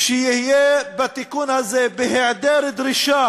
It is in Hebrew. שיהיה בתיקון הזה בהיעדר דרישה